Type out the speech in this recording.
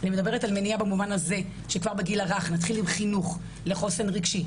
אני מדברת על מניעה במובן הזה שכבר בגיל הרך נתחיל עם חינוך לחוסן רגשי,